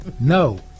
No